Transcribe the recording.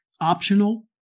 optional